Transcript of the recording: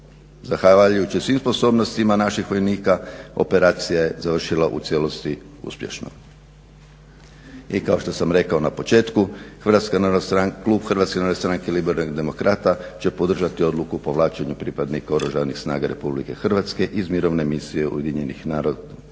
Zahvaljujući svim sposobnostima naših vojnika operacija je završila u cijelosti uspješno. I kao što sam rekao na početku klub Hrvatske narodne stranke Liberalnih demokrata će podržati Odluku o povlačenju pripadnika Oružanih snaga RH iz mirovne misije UN-a ANDOF na Golanskoj